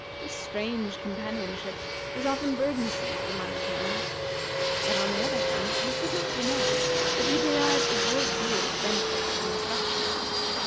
this strange companionship was often burdensome to the minor canon but, on the other hand, he could not deny that he derived a great deal of benefit and instruction from it.